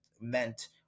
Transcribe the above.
meant